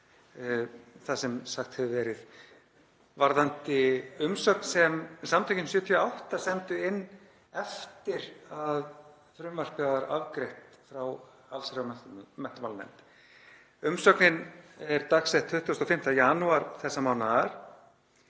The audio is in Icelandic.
það sem sagt hefur verið varðandi umsögn sem Samtökin '78 sendu inn eftir að frumvarpið var afgreitt frá allsherjar- og menntamálanefnd. Umsögnin er dagsett 25. janúar þessa árs